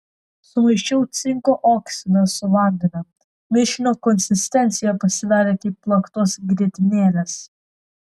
sumaišiau cinko oksidą su vandeniu mišinio konsistencija pasidarė kaip plaktos grietinėlės